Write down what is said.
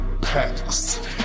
packs